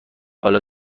حالا